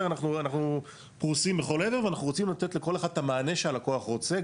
אנחנו פרוסים בכל עבר ואנחנו רוצים לתת לכל אחד את המענה שהלקוח רוצה,